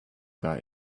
got